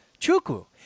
Chuku